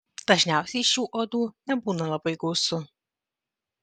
dažniausiai šių uodų nebūna labai gausu